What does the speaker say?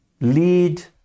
lead